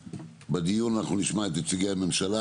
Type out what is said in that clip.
בדיון אנחנו נשמע את נציגי הממשלה,